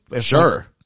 Sure